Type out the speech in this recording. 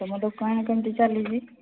ତମ ଦୋକାନ କେମିତି ଚାଲିଛି